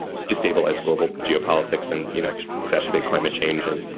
destabilize global geopolitics and, you know, exacerbate climate change and,